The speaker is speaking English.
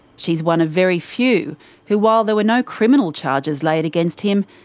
she's one of very few who while there were no criminal charges laid against him,